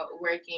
working